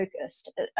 focused